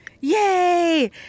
Yay